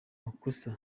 makosa